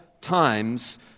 times